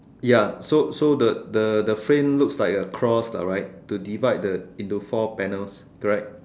ya so so the the the frame looks like a cross lah right to divide the into four panels correct